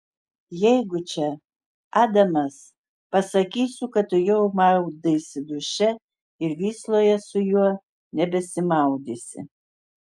jeigu čia adamas pasakysiu kad tu jau maudaisi duše ir vysloje su juo nebesimaudysi